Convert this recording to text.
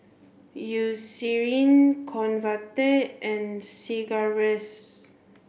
Eucerin Convatec and Sigvaris